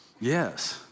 Yes